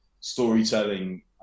storytelling